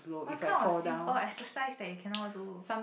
what kind of simple exercise that you cannot do